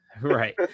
right